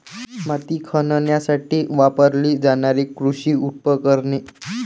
माती खणण्यासाठी वापरली जाणारी कृषी उपकरणे